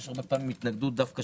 יש שם הרבה פעמים התנגדות גדולה,